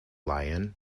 lion